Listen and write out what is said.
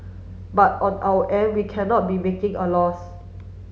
but on our end we cannot be making a loss